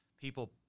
people